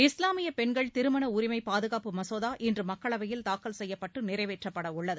இஸ்லாமியப் பெண்கள் திருமண உரிமை பாதுகாப்பு மசோதா இன்று மக்களவையில் தாக்கல் செய்யப்பட்டு நிறைவேற்றப்படவுள்ளது